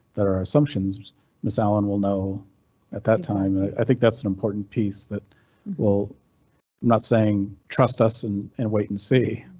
that our assumptions ms allan will know at that time and i think that's an important piece that will not saying trust us and and wait and see.